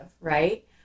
right